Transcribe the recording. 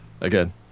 again